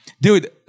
dude